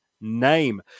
name